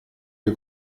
che